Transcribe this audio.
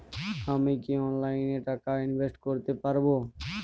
আমি কি অনলাইনে টাকা ইনভেস্ট করতে পারবো?